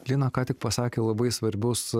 lina ką tik pasakė labai svarbius